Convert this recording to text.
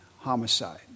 homicide